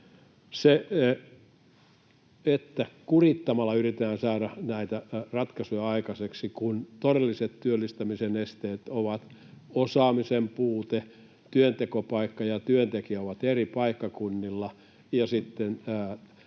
että kurittamalla yritetään saada näitä ratkaisuja aikaiseksi, kun todelliset työllistämisen esteet ovat osaamisen puute, se, että työntekopaikka ja työntekijä ovat eri paikkakunnilla, ja työttömän